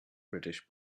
british